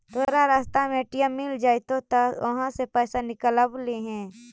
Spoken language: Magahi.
तोरा रास्ता में ए.टी.एम मिलऽ जतउ त उहाँ से पइसा निकलव लिहे